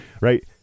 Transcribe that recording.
Right